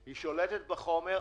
היא שולטת בחומר.